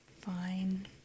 Fine